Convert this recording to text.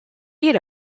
beat